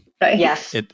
Yes